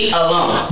alone